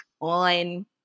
on